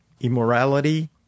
immorality